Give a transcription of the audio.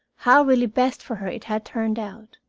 how really best for her it had turned out.